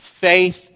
faith